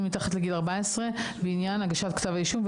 מתחת לגיל 14 בעניין הגשת כתב אישום,